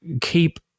keep